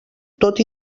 tot